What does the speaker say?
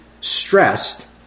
stressed